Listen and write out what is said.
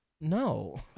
No